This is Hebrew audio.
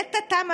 ולעת עתה,